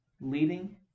leading